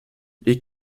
les